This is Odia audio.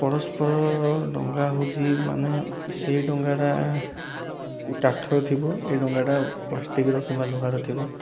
ପରସ୍ପରର ଡଙ୍ଗା ହେଉଛି ମାନେ ସେଇ ଡଙ୍ଗାଟା କାଠର ଥିବ ଏଇ ଡଙ୍ଗାଟା ପ୍ଲାଷ୍ଟିକର କିମ୍ବା ଲୁହାର ଥିବ